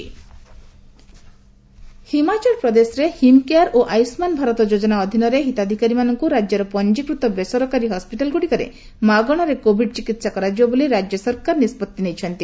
HP covid ହିମାଚଳପ୍ରଦେଶରେ ହିମ୍କେୟାର ଓ ଆୟୁଷ୍ମାନ ଭାରତ ଯୋଜନା ଅଧୀନରେ ହିତାଧିକାରୀମାନଙ୍କୁ ରାଜ୍ୟର ପଞ୍ଜୀକୃତ ବେସରକାରୀ ହସ୍ପିଟାଲଗୁଡିକରେ ମାଗଣାରେ କୋଭିଡ ଚିକିତ୍ସା କରାଯିବ ବୋଲି ରାଜ୍ୟ ସରକାର ନିଷ୍ପଭ୍ତି ନେଇଛନ୍ତି